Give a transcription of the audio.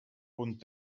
punt